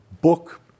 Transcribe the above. book